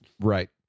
Right